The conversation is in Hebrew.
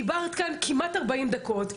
דיברת כאן כמעט 40 דקות,